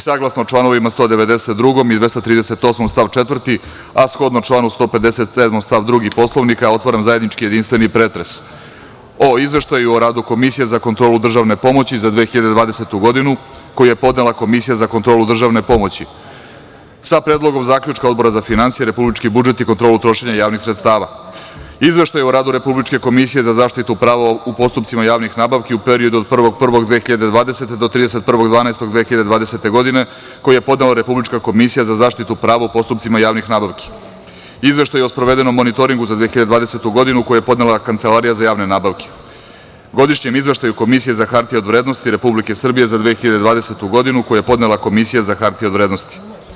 Saglasno članovima 192. i 238. stav 4, a shodno članu 157. stav 2. Poslovnika Narodne skupštine, otvaram zajednički jedinstveni pretres o: Izveštaju o radu Komisije za kontrolu državne pomoći za 2020. godinu, koji je podnela Komisija za kontrolu državne pomoći, sa Predlogom zaključka Odbora za finansije, republički budžet i kontrolu trošenja javnih sredstava, Izveštaj o radu Republičke komisije za zaštitu prava u postupcima javnih nabavki u periodu od 1. januara 2020. do 31. decembra 2020. godine, koji je podnela Republička komisija za zaštitu prava u postupcima javnih nabavki, Izveštaj o sprovedenom monitoringu za 2020. godinu, koji je podnela Kancelarija za javne nabavke, Godišnjem izveštaju Komisije za hartije od vrednosti Republike Srbije za 2020. godinu, koji je podnela Komisija za hartije od vrednosti.